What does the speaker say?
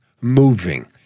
moving